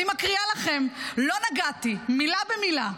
אני מקריאה לכם מילה במילה,